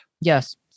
Yes